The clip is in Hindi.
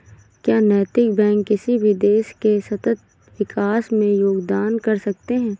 क्या नैतिक बैंक किसी भी देश के सतत विकास में योगदान कर सकते हैं?